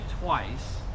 twice